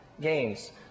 Games